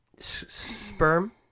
Sperm